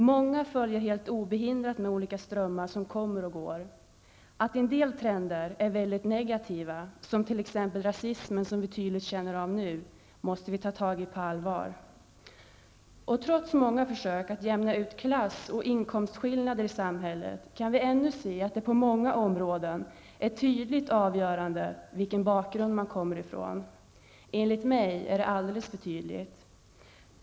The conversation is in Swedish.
Många följer helt obehindrat med olika strömmar som kommer och går. Att en del trender är väldigt negativa, t.ex. rasismen som vi tydligt känner av nu, måste vi ta tag i på allvar. Trots många försök att jämna ut klass och inkomstskillnaderna i samhället kan vi ännu se att det på många områden är tydligt avgörande vilken bakgrund man kommer ifrån. Enligt mig är det alldeles för tydligt.